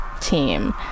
team